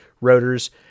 rotors